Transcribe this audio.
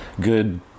good